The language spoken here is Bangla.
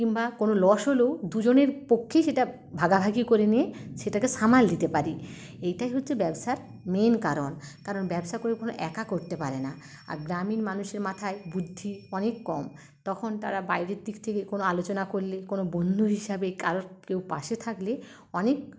কিংবা কোনো লস হলেও দুজনের পক্ষে সেটা ভাগাভাগি করে নিয়ে সেটাকে সামাল দিতে পারি এটাই হচ্ছে ব্যবসার মেন কারণ কারণ ব্যবসা করে কেউ একা করতে পারে না আর গ্রামীণ মানুষের মাথায় বুদ্ধি অনেক কম তখন তারা বাইরের দিক থেকে কোনো আলোচনা করলে কোনো বন্ধু হিসাবে কারো কেউ পাশে থাকলে অনেক